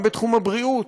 גם בתחום הבריאות,